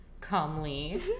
calmly